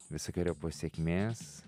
visokeriopos sėkmės